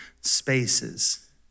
spaces